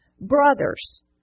Brothers